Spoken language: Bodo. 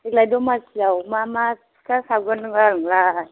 देग्लाय दमासियाव मा मा फिथा सावगोन नोङोलाय